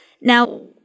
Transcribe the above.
Now